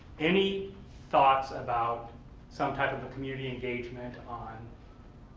any thoughts about some type of community engagement on